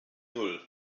null